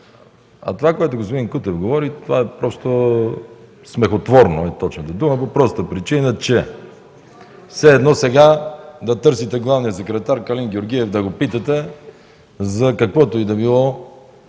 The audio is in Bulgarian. Това, което господин Кутев говори, смехотворно е точната дума, по простата причина, че все едно сега да търсите главния секретар Калин Георгиев да го питате за каквото и да било,